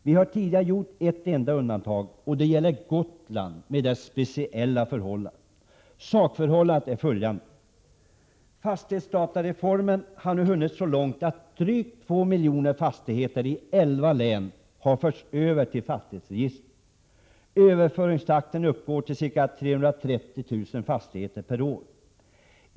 Vi har tidigare gjort ett enda undantag, och det gäller Gotland med dess speciella förhållanden. Sakförhållandet är följande: Fastighetsdatareformen har nu hunnit så långt att drygt 2 miljoner fastigheter i elva län har förts över till fastighetsregistret. Överföringstakten uppgår till ca 330 000 fastigheter per år.